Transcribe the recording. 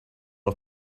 off